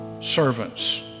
servants